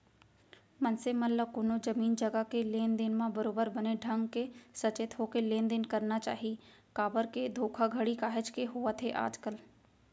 मनसे मन ल कोनो जमीन जघा के लेन देन म बरोबर बने ढंग के सचेत होके लेन देन करना चाही काबर के धोखाघड़ी काहेच के होवत हे आजकल